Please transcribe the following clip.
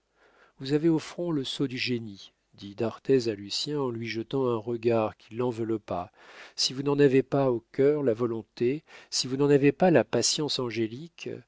vous avez au front le sceau du génie dit d'arthez à lucien en lui jetant un regard qui l'enveloppa si vous n'en avez pas au cœur la volonté si vous n'en avez pas la patience angélique